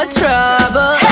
trouble